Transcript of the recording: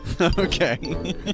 Okay